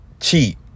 cheat